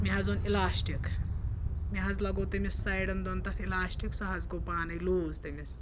مےٚ حظ اوٚن اِلاسٹِک مےٚ حظ لَگوٚو تٔمِس سایڈَن دۄن تَتھ اِلاسٹِک سۄ حظ گوٚو پانَے لوٗز تٔمِس